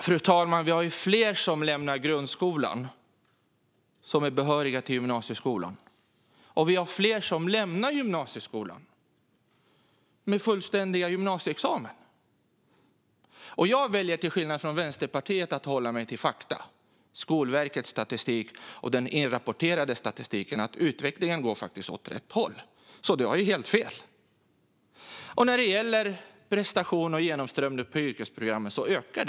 Fru talman! Vi har fler som lämnar grundskolan och som är behöriga till gymnasieskolan, och vi har fler som lämnar gymnasieskolan med fullständig gymnasieexamen. Jag väljer, till skillnad från Vänsterpartiet, att hålla mig till fakta: Skolverkets inrapporterade statistik om att utvecklingen faktiskt går åt rätt håll. Du har ju helt fel, Daniel Riazat. Prestation och genomströmning på yrkesprogrammen ökar.